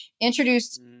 Introduced